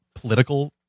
political